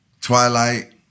Twilight